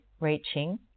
reaching